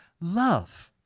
love